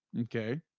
okay